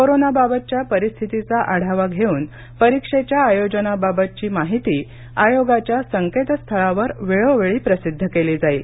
कोरोनाबाबतच्या परिस्थितीचा आढावा घेऊन परीक्षेच्या आयोजनाबाबतची माहिती आयोगाच्या संकेतस्थळावर वेळोवेळी प्रसिद्ध केली जाईल